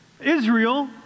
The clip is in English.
Israel